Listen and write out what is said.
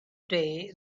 day